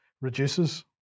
reduces